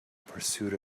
pursuit